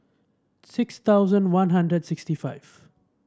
six thousand One Hundred sixty five